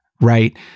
right